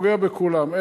פוגע בכולם,